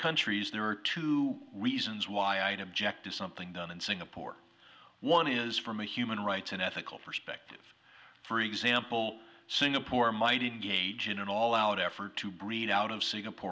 countries there are two reasons why item ject is something done in singapore one is from a human rights and ethical perspective for example singapore might engage in an all out effort to breed out of singapore